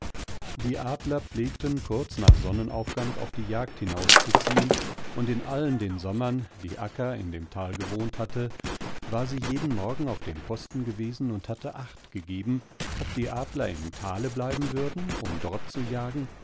morgens untenindemfelsentalundsahzudemadlerhorsthinauf dieadlerpflegten kurz nach sonnenuntergang auf die jagd hinauszuziehen und in allen den sommern dieakkaindemtalgewohnthatte warsiejedenmorgenaufdem posten gewesen und hatte acht gegeben ob die adler im tale bleiben würden um dort zu jagen